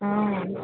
অঁ